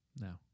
no